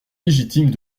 légitimes